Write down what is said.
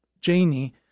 Janie